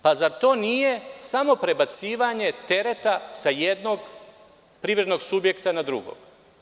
Pa zar to nije samo prebacivanje tereta sa jednog privrednog subjekta na drugi?